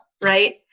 right